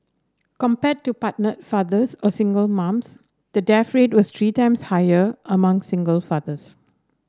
compared to partnered fathers or single moms the death rate was three times higher among single fathers